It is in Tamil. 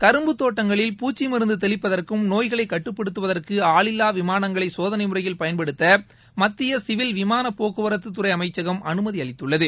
கரும்பு தோட்டங்களில் பூச்சி மருந்து தெளிப்பதற்கும் நோய்களை கட்டுப்படுத்துவதற்கு ஆளில்லா விமானங்களை சோதனை முறையில் பயன்படுத்த மத்திய சிவில் விமானப் போக்குவரத்துத்துறை அமைச்சகம் அனுமதி அளித்துள்ளது